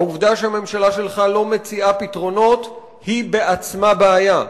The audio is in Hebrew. העובדה שהממשלה שלך לא מציעה פתרונות היא בעצמה בעיה.